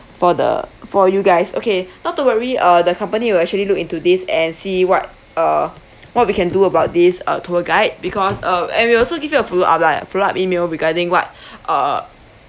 for the for you guys okay not to worry uh the company will actually look into this and see what uh what we can do about this uh tour guide because uh and we'll also give you a follow up [la] follow up email regarding what uh